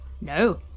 No